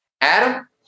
adam